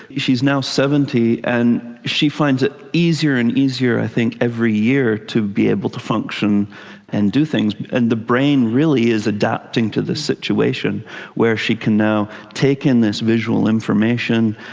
she's now seventy, and she finds it easier and easier i think every year to be able to function and do things, and the brain really is adapting to this situation where she can now take in this visual information,